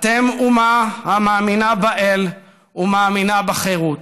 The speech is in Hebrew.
אתם אומה המאמינה באל ומאמינה בחירות.